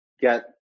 get